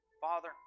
father